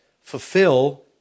Fulfill